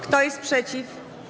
Kto jest przeciw?